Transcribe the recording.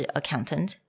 accountant